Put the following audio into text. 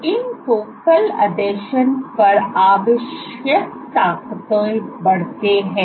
तो इन फोकल आसंजन पर आवश्यक ताकतें बढ़ते हैं